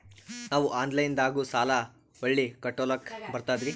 ನಾವು ಆನಲೈನದಾಗು ಸಾಲ ಹೊಳ್ಳಿ ಕಟ್ಕೋಲಕ್ಕ ಬರ್ತದ್ರಿ?